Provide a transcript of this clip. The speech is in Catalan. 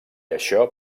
això